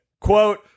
Quote